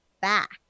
back